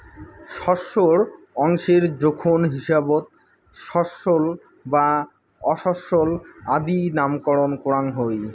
শস্যর অংশের জোখন হিসাবত শস্যল বা অশস্যল আদি নামকরণ করাং হই